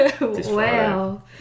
Wow